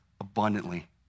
abundantly